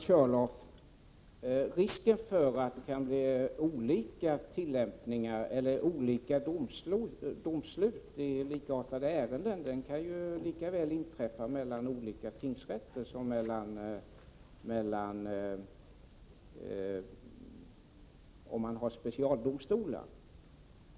Herr talman! Till Björn Körlof: Olika domslut i likartade ärenden kan lika väl inträffa mellan olika tingsrätter som om man har specialdomstolar.